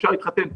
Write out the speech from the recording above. אפשר להתחתן.